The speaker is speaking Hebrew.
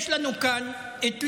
יש לנו כאן את ליברמן,